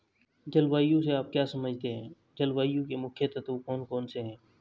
जलवायु से आप क्या समझते हैं जलवायु के मुख्य तत्व कौन कौन से हैं?